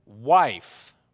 wife